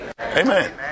Amen